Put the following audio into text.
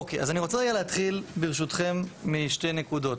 אני רוצה רגע להתחיל ברשותכם משתי נקודות.